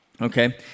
Okay